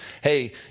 Hey